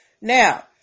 Now